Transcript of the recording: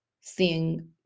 seeing